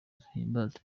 zihimbaza